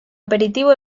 aperitivo